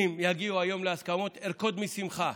אם יגיעו היום להסכמות, ארקוד משמחה,